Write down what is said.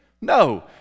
No